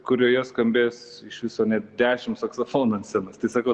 kurioje skambės iš viso net dešimts saksofonų ant scenos tai sakau